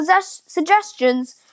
suggestions